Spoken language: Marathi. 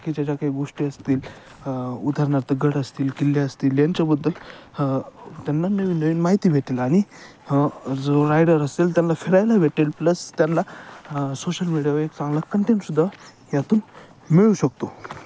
बाकीच्या ज्या काही गोष्टी असतील उदाहरणार्थ गड असतील किल्ले असतील यांच्याबद्दल त्यांना नवीन नवीन माहिती भेटेल आणि जो रायडर असेल त्यांना फिरायला भेटेल प्लस त्यांना सोशल मीडियावर एक चांगला कंटेंटसुद्धा ह्यातून मिळू शकतो